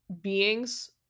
beings